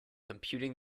computing